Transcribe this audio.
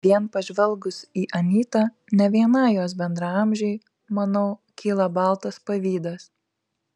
vien pažvelgus į anytą ne vienai jos bendraamžei manau kyla baltas pavydas